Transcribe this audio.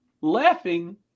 laughing